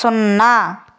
సున్నా